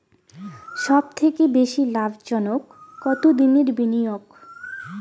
সবথেকে বেশি লাভজনক কতদিনের বিনিয়োগ?